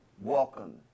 Welcome